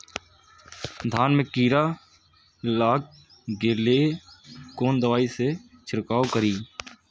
धान में कीरा लाग गेलेय कोन दवाई से छीरकाउ करी?